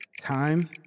Time